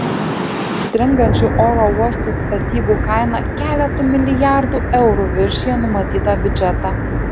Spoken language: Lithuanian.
stringančių oro uosto statybų kaina keletu milijardų eurų viršija numatytą biudžetą